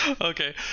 Okay